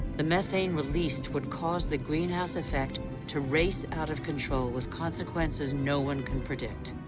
the methane releases would cause the greenhouse effect to race out of control with consequences no one can predict.